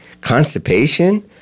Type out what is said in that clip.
constipation